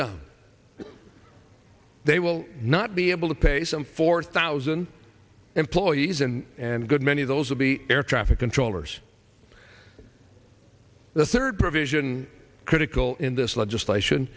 down they will not be able to pay some four thousand employees in and a good many of those will be air traffic controllers the third provision critical in this